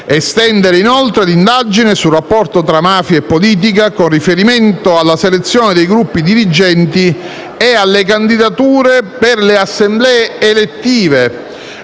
estendere l'indagine sul rapporto tra mafia e politica con riferimento alla selezione dei gruppi dirigenti e alle candidature per le assemblee elettive,